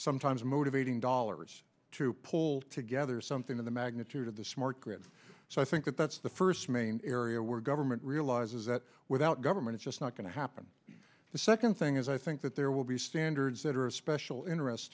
sometimes motivating dollars to pull together something of the magnitude of the smart grid so i think that that's the first main area we're government realizes that without government just not going to happen the second thing is i think that there will be standards that are of special interests